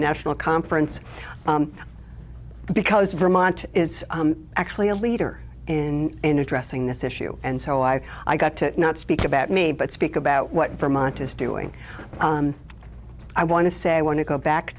national conference because vermont is actually a leader in in addressing this issue and so i i got to not speak about me but speak about what vermont is doing i want to say i want to go back